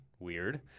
Weird